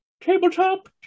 tabletop